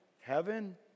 heaven